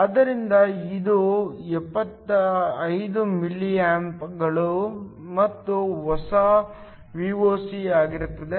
ಆದ್ದರಿಂದ ಇದು 75 ಮಿಲಿಯಾಂಪ್ಗಳು ಮತ್ತು ಹೊಸ Voc ಆಗಿರುತ್ತದೆ